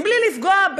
בלי לפגוע,